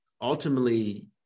Ultimately